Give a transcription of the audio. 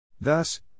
Thus